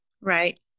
Right